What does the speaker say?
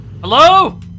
Hello